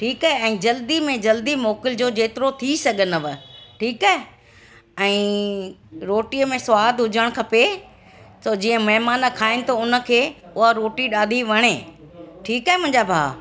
ठीकु आहे ऐं जल्दी में जल्दी मोकल जो जेतिरो थी सघंदव ठीकु आहे ऐं रोटीअ में सवादु हुजण खपे त जीअं महिमान खाइणु त उनखे उहा रोटी ॾाढी वणे ठीकु आहे मुंहिंजा भाउ